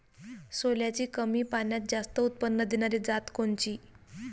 सोल्याची कमी पान्यात जास्त उत्पन्न देनारी जात कोनची?